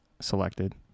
selected